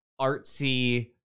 artsy